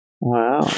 Wow